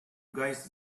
guys